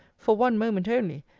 for one moment only,